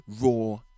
raw